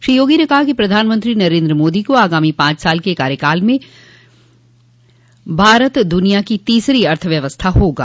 श्री योगी ने कहा कि प्रधानमंत्री नरेन्द्र मोदी के आगामी पांच साल के कार्यकाल में भारत दुनिया की तीसरी अर्थव्यवस्था होगा